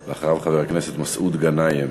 ואחריו, חבר הכנסת מסעוד גנאים.